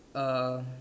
uh